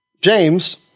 James